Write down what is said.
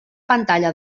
pantalla